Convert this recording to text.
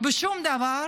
בשום דבר,